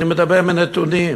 אני מדבר מנתונים.